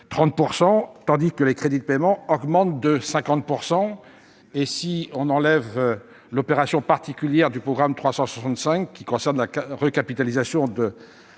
30 %, tandis que celui des crédits de paiement augmente de 50 %. Si l'on enlève l'opération particulière du programme 365, qui a trait à la recapitalisation de